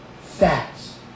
Facts